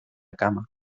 cama